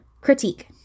critique